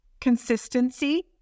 consistency